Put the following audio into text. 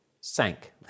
sank